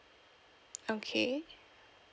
okay